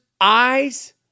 eyes